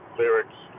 lyrics